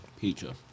Pizza